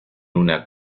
una